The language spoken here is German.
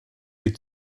die